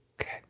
Okay